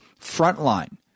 Frontline